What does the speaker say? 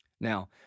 Now